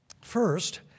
First